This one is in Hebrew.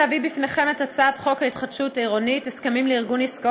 להעביר לוועדת הכלכלה לקריאה שנייה